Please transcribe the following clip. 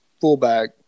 fullback